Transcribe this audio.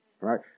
right